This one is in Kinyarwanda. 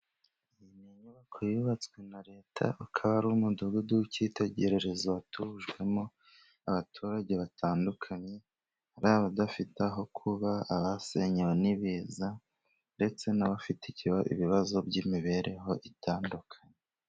Iyi ni inyubako yubatswe na leta akaba ari umudugudu w'icyitegererezo watujwemo abaturage batandukanye, ari abadafite aho kuba, abasenyewe n'ibiza, ndetse n'abafite ibibazo by'imibereho itandukanye.